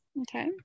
Okay